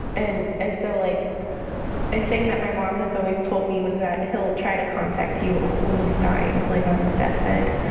and and so, like a thing that my mom has always told me was that he'll try to contact you when he's dying, like on his deathbed,